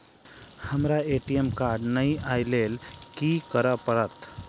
हमरा ATM card नै अई लई केँ लेल की करऽ पड़त?